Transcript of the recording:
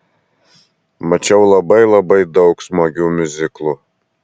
mačiau labai labai daug smagių miuziklų